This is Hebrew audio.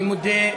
אני מודה,